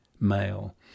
male